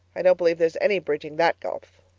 i don't believe there's any bridging that gulf!